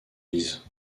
lise